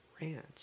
Ranch